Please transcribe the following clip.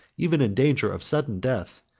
even in danger of sudden death,